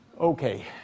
Okay